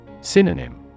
Synonym